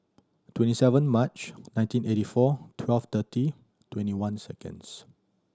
twenty seven March nineteen eighty four twelve thirty twenty one seconds